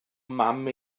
mam